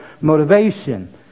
motivation